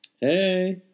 Hey